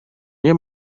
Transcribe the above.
nie